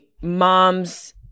mom's